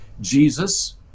Jesus